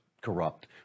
corrupt